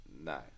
No